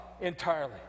entirely